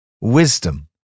Wisdom